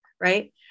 Right